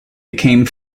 became